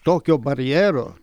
tokio barjero